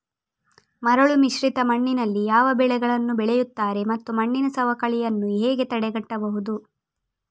ಮರಳುಮಿಶ್ರಿತ ಮಣ್ಣಿನಲ್ಲಿ ಯಾವ ಬೆಳೆಗಳನ್ನು ಬೆಳೆಯುತ್ತಾರೆ ಮತ್ತು ಮಣ್ಣಿನ ಸವಕಳಿಯನ್ನು ಹೇಗೆ ತಡೆಗಟ್ಟಬಹುದು?